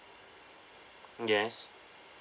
yes